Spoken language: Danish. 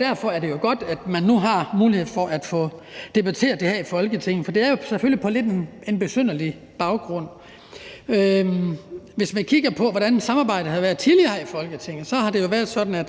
Derfor er det jo godt, at man nu har mulighed for at få debatteret det her i Folketinget. Det er selvfølgelig på lidt en besynderlig baggrund. For hvis man kigger på, hvordan samarbejdet tidligere har været her i Folketinget, har det jo været sådan,